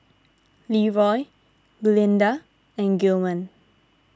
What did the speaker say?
Leeroy Glynda and Gilman